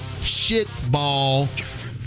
shitball